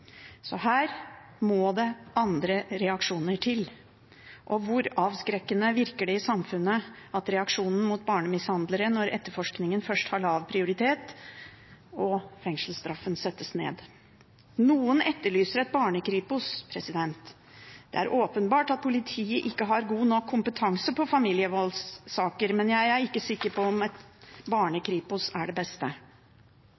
Her må det andre reaksjoner til. Hvor avskrekkende virker reaksjonen mot barnemishandlere på samfunnet når etterforskningen først har lav prioritet og fengselsstraffen så settes ned? Noen etterlyser et Barne-Kripos. Det er åpenbart at politiet ikke har god nok kompetanse på familievoldssaker, men jeg er ikke sikker på om et Barne-Kripos er det beste. Riksadvokaten minner oss jo om at